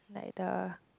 like the